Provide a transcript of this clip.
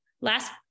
Last